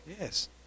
Yes